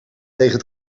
tegen